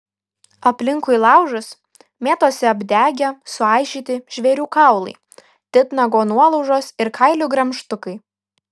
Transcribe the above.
aplinkui laužus mėtosi apdegę suaižyti žvėrių kaulai titnago nuolaužos ir kailių gremžtukai